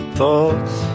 thoughts